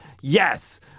yes